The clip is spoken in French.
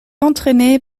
entraîné